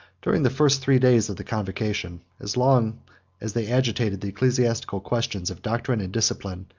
during the first three days of the convocation, as long as they agitated the ecclesiastical question of doctrine and discipline,